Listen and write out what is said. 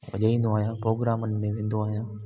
वॼाईंदो आहियां प्रोग्रामनि में वेंदो आहियां